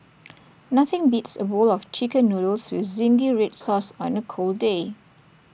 nothing beats A bowl of Chicken Noodles with Zingy Red Sauce on A cold day